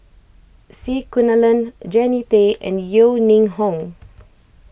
C Kunalan Jannie Tay and Yeo Ning Hong